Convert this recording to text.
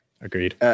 agreed